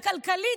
הכלכלית,